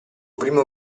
primo